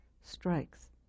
strikes